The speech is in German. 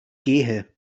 gehe